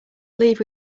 leave